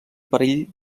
perill